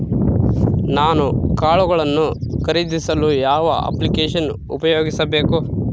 ನಾನು ಕಾಳುಗಳನ್ನು ಖರೇದಿಸಲು ಯಾವ ಅಪ್ಲಿಕೇಶನ್ ಉಪಯೋಗಿಸಬೇಕು?